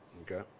okay